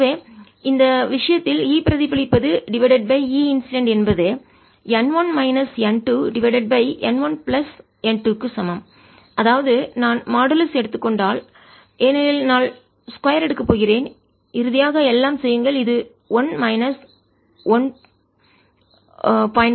எனவே இந்த விஷயத்தில் E பிரதிபலிப்பது டிவைடட் பை E இன்சிடென்ட் என்பது n 1 minus n 2 divided by n 1 plus n 2 க்கு சமம் அதாவது நான் மாடுலஸ் எடுத்துக் கொண்டால் ஏனெனில் நான் ஸ்கொயர் எடுக்கப் போகிறேன் இறுதியாக எல்லாம் செய்யுங்கள் இது 1 மைனஸ் 1